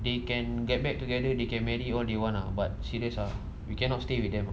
they can get back together they can marry all they want lah but serious ah we cannot stay with them ah